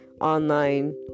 online